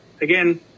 again